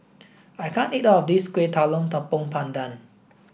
I can't eat all of this Kueh Talam Tepong Pandan